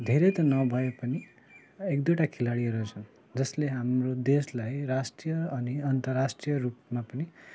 धेरै त नभए पनि एक दुइटा खेलाडीहरू छन् जसले हाम्रो देशलाई राष्ट्रिय अनि अन्तराष्ट्रिय रूपमा पनि